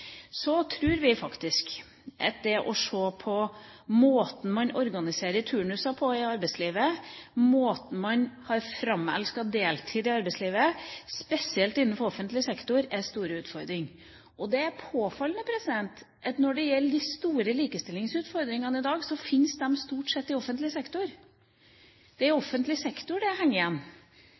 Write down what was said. Så tror vi at måten man organiserer turnuser på i arbeidslivet, og måten man har framelsket deltid på i arbeidslivet, spesielt innenfor offentlig sektor, er en stor utfordring. Det er påfallende at de store likestillingsutfordringene i dag stort sett fins i offentlig sektor, det er i offentlig sektor det henger igjen.